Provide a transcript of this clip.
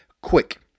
quick